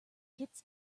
kits